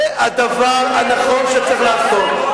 וזה הדבר הנכון שצריך לעשות.